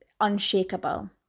unshakable